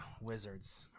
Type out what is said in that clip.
Wizards